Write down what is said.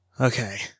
Okay